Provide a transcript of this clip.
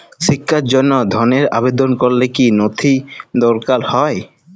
শিক্ষার জন্য ধনের আবেদন করলে কী নথি দরকার হয়?